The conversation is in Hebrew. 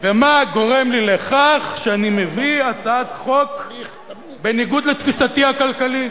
ומה גורם לי לכך שאני מביא הצעת חוק בניגוד לתפיסתי הכלכלית?